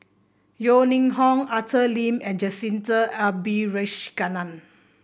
Yeo Ning Hong Arthur Lim and Jacintha Abisheganaden